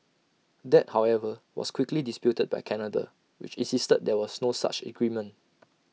that however was quickly disputed by Canada which insisted that there was no such agreement